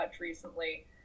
recently